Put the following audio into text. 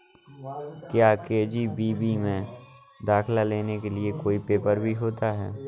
क्या के.जी.बी.वी में दाखिला लेने के लिए कोई पेपर भी होता है?